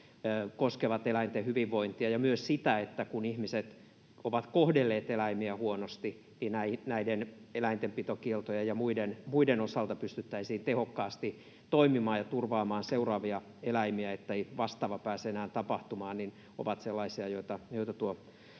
koskevat eläinten hyvinvointia ja myös sitä, että kun ihmiset ovat kohdelleet eläimiä huonosti, niin näiden eläintenpitokieltojen ja muiden osalta pystyttäisiin tehokkaasti toimimaan ja turvaamaan näitä eläimiä, että ei vastaavaa pääse enää tapahtumaan, ovat sellaisia, joita